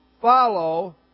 follow